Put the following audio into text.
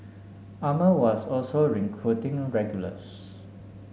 armour was also recruiting regulars